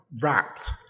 wrapped